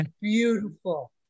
beautiful